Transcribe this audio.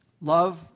Love